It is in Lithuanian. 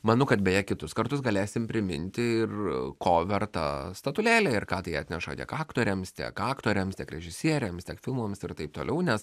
manau kad beje kitus kartus galėsim priminti ir ko verta statulėlė ir ką tai atneša tiek aktoriams tiek aktoriams tiek režisieriams tiek filmams ir taip toliau nes